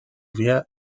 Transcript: vía